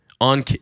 On